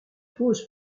pause